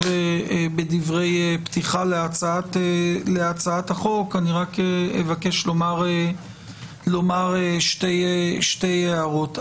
בדברי פתיחה להצעת החוק, רק אבקש לומר שתי הערות.